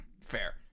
fair